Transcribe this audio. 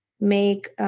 make